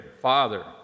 Father